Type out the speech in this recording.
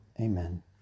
Amen